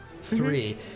three